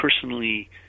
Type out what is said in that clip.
personally